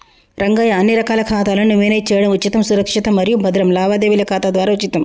రంగయ్య అన్ని రకాల ఖాతాలను మేనేజ్ చేయడం ఉచితం సురక్షితం మరియు భద్రం లావాదేవీల ఖాతా ద్వారా ఉచితం